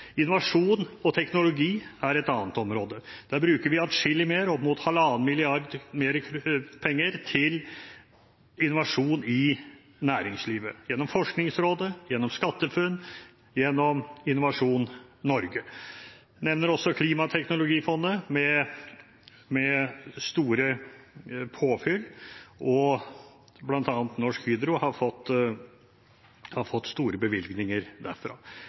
Innovasjon og teknologi er et annet område. Der bruker vi adskillig mer, opp mot 1,5 mrd. kr mer til innovasjon i næringslivet, gjennom Forskningsrådet, SkatteFUNN-ordningen og Innovasjon Norge. Jeg nevner også Klimateknologifondet, med store påfyll. Blant annet har Norsk Hydro fått store bevilgninger derfra.